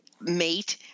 mate